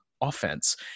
offense